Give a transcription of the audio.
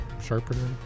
sharpener